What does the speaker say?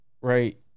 right